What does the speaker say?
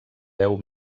deu